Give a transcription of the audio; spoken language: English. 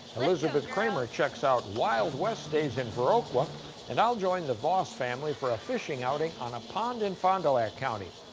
elizabeth kramer checks out wild west days in viroqua and i'll join the voss family for a fishing outing on a pond in fon du lac county.